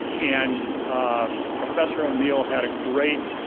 and professor o'neill had a great